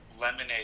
lemonade